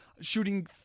shooting